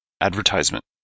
Advertisement